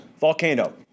volcano